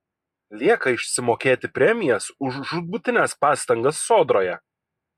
lieka išsimokėti premijas už žūtbūtines pastangas sodroje